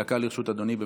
דקה לרשות אדוני.